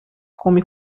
come